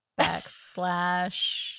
backslash